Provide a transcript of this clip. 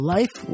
Life